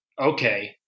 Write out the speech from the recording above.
Okay